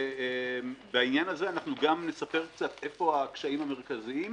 ובעניין הזה אנחנו נספר קצת איפה הקשיים המרכזיים,